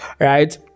right